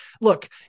look